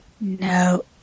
No